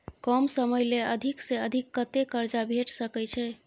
कम समय ले अधिक से अधिक कत्ते कर्जा भेट सकै छै?